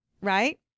Right